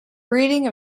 breeding